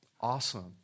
awesome